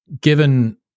Given